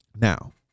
Now